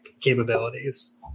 capabilities